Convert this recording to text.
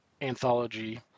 anthology